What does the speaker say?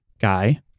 guy